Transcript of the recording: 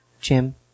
Jim